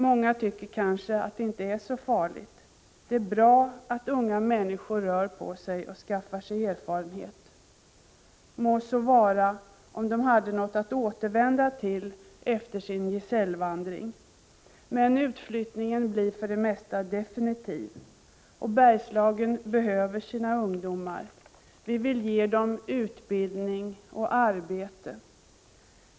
Många tycker kanske att det inte är så farligt och att det är bra att unga människor rör på sig och skaffar sig erfarenhet. Må så vara, om de hade något att återvända till efter sin gesällvandring. Men utflyttningen blir för det mesta definitiv. Bergslagen behöver sina ungdomar. Vi vill ge dem utbildning och arbete.